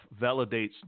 validates